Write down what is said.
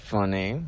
Funny